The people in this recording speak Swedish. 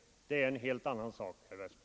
Det är en helt annan sak, herr Westberg.